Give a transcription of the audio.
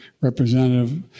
Representative